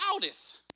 outeth